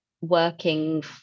working